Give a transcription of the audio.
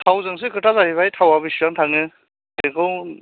थावजोंसो खोथा जाहैबाय थावा बेसेबां थाङो बेखौ